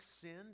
sin